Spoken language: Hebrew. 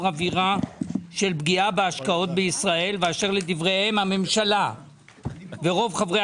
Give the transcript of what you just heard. אווירה של פגיעה בהשקעות בישראל ואשר לדבריהם הממשלה ורוב חברי